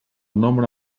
nombre